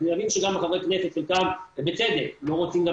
אז הוא יבין שגם חברי כנסת בצדק לא רוצים גם